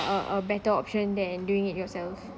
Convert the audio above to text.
a a better option than doing it yourself